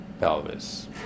pelvis